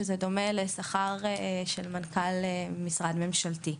שזה דומה לשכר של מנכ"ל משרד ממשלתי.